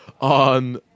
on